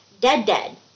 dead-dead